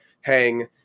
hang